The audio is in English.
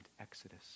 exodus